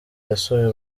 yasuye